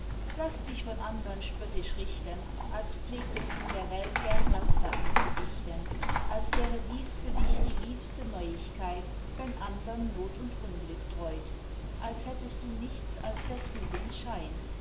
laß dich von andern spöttisch richten als pflegtest du der welt gern laster anzudichten als wäre dies für dich die liebste neuigkeit wenn andern not und unglück dräut als hättest du nichts als der tugend schein